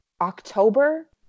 October